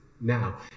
now